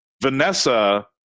Vanessa